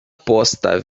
posta